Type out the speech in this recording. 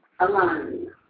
Alone